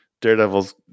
Daredevil's